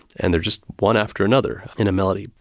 and they're just one after another in a melody.